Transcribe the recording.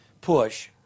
push